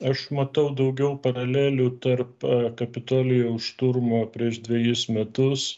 aš matau daugiau paralelių tarp kapitolijaus šturmo prieš dvejis metus